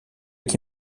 qui